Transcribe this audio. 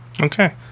Okay